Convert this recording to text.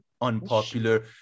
unpopular